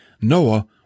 Noah